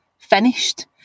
finished